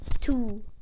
two